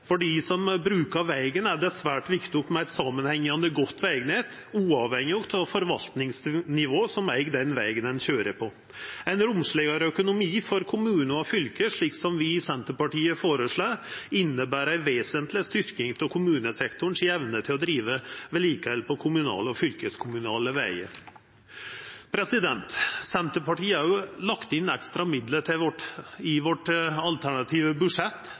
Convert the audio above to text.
For dei som brukar vegen, er det svært viktig med eit samanhengande, godt vegnett, uavhengig av kva forvaltingsnivå som eig den vegen ein køyrer på. Ein romslegare økonomi for kommunar og fylke, som vi i Senterpartiet føreslår, inneber ei vesentleg styrking av evna til kommunesektoren til å driva vedlikehald på kommunale og fylkeskommunale vegar. Senterpartiet har òg lagt inn ekstra midlar i det alternative budsjettet sitt til